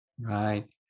Right